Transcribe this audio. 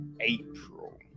April